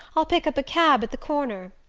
i'll pick up a cab at the corner.